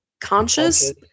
conscious